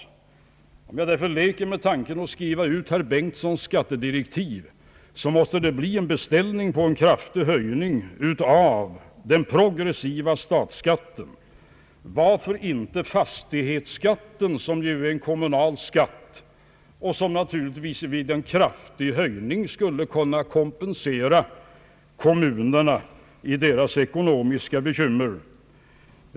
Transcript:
Om jag leker med tanken på att skriva ut herr Bengtsons utredningsdirektiv, så måste det bli en beställning på kraftig höjning av den progressiva statsskatten, eller varför inte fastighetsskatten, som ju är en kommunal skatt och som naturligtvis vid en kraftig höjning skulle kunna hjälpa kommunerna ur deras ekonomiska bekymmer.